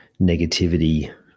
negativity